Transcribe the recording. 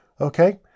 Okay